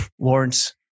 Lawrence